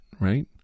right